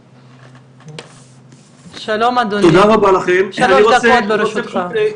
שלום, אדוני, שלוש דקות ברשותך.